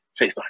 Facebook